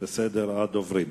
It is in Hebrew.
בסדר הדוברים.